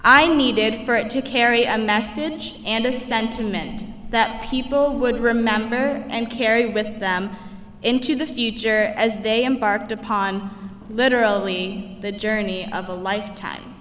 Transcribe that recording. needed to carry a message and a sentiment that people would remember and carry with them into the future as they embarked upon literally the journey of a lifetime